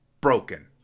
broken